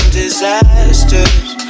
disasters